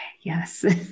yes